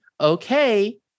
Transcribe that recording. Okay